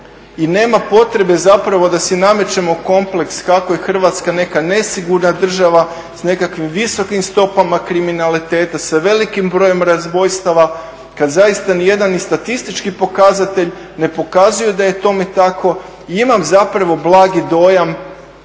i nema potrebe zapravo da si namećemo kompleks kako je Hrvatska neka nesigurna država s nekakvim visokim stopama kriminaliteta, sa velikim brojem razbojstava kad zaista ni jedan ni statistički pokazatelj ne pokazuju da je tome tako. Imam zapravo blagi dojam